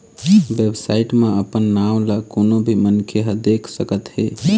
website म अपन नांव ल कोनो भी मनखे ह देख सकत हे